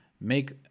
make